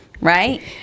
right